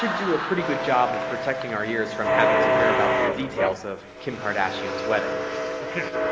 do a pretty good job of protecting our ears from having to hear about the details of kim kardashian's wedding. mb okay.